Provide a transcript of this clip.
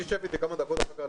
אם תשב איתי כמה דקות אחר כך,